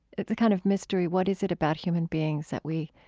it's a kind of mystery what is it about human beings that we